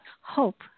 hope